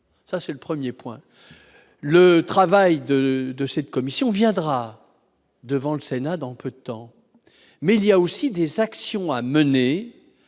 ça c'est le 1er point le travail de de cette commission viendra devant le Sénat dans peu de temps, mais il y a aussi des actions à mener